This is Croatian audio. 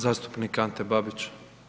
Zastupnika Ante Babić.